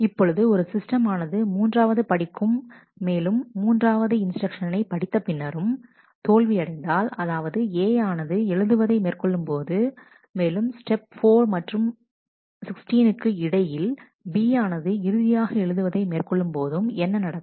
இப்பொழுது ஒரு சிஸ்டம் ஆனது மூன்றாவது படிக்கும் மேலும் மூன்றாவது இன்ஸ்டிரக்ஷனை படித்த பின்னரும் தோல்வியடைந்தால் அதாவது A ஆனது எழுதுவதை மேற்கொள்ளும்போது மேலும் ஸ்டெப் 4 மற்றும் 16 க்கு இடையில் B யானது இறுதியாக எழுதுவதை மேற்கொள்ளும்போது என்ன நடக்கும்